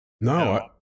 no